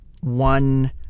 one